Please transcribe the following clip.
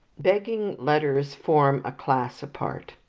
begging letters form a class apart.